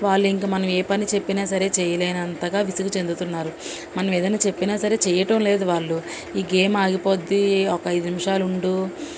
వాళ్ళు ఇంక మనం ఏ పని చెప్పిన సరే చేయలేనంతగా విసుగు చెందుతున్నారు మనం ఏదన్నా చెప్పిన సరే చేయటం లేదు వాళ్ళు ఈ గేమ్ ఆగిపోద్ది ఒక ఐదు నిమిషాలు ఉండు